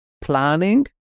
planning